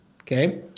okay